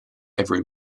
every